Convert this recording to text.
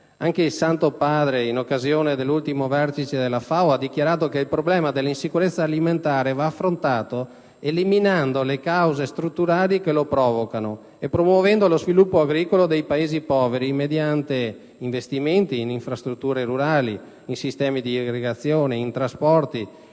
Anche il Santo Padre, in occasione dell'ultimo Vertice FAO, ha dichiarato che il problema dell'insicurezza alimentare va affrontato eliminando le cause strutturali che lo provocano e promuovendo lo sviluppo agricolo dei Paesi poveri mediante investimenti in infrastrutture rurali, in sistemi di irrigazione, in trasporti,